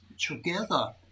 together